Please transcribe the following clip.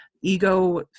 ego